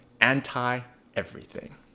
anti-everything